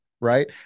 right